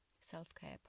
self-care